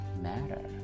matter